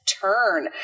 turn